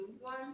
one